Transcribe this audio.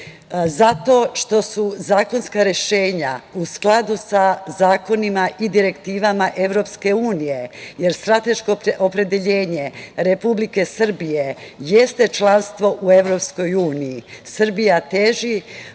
Zato što su zakonska rešenja u skladu sa zakonima i direktivama EU, jer strateško opredeljenje Republike Srbije jeste članstvo u EU. Srbija teži